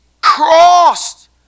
crossed